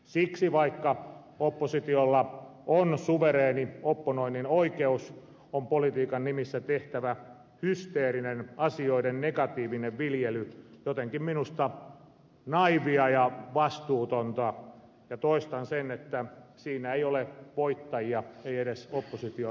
siksi vaikka oppositiolla on suvereeni opponoinnin oikeus on politiikan nimissä tehtävä hysteerinen asioiden negatiivinen viljely jotenkin minusta naiivia ja vastuutonta ja toistan sen että siinä ei ole voittajia ei edes opposition kannatuksen kannalta